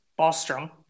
Bostrom